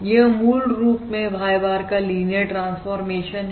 यह मूल रूप में Y bar का लिनियर ट्रांसफॉरमेशन है